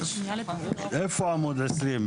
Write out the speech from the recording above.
איפה עמוד 20?